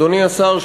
אדוני השר,